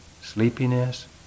sleepiness